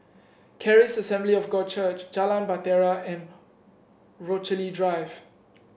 Charis Assembly of God Church Jalan Bahtera and Rochalie Drive